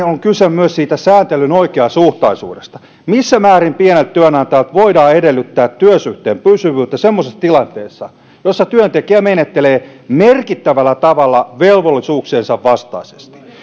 on kyse myös sääntelyn oikeasuhtaisuudesta missä määrin pieneltä työnantajalta voidaan edellyttää työsuhteen pysyvyyttä semmoisessa tilanteessa jossa työntekijä menettelee merkittävällä tavalla velvollisuuksiensa vastaisesti